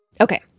Okay